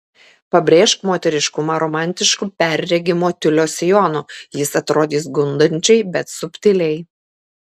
pabrėžk moteriškumą romantišku perregimo tiulio sijonu jis atrodys gundančiai bet subtiliai